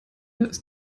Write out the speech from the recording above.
ist